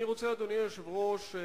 אני רוצה, אדוני היושב-ראש,